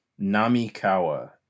Namikawa